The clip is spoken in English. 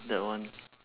that one